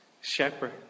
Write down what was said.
shepherd